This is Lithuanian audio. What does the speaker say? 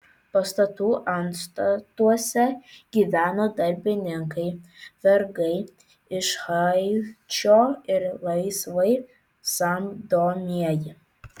pastatų antstatuose gyveno darbininkai vergai iš haičio ir laisvai samdomieji